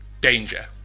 danger